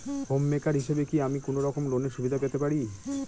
Home maker হিসেবে কি আমি কোনো রকম লোনের সুবিধা পেতে পারি?